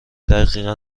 دقیقا